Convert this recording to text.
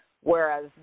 whereas